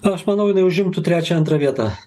aš manau jinai užimtų trečią antrą vietą